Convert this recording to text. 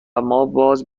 ماباز